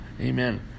Amen